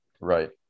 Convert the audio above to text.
right